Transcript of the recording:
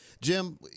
Jim